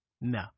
No